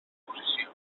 posició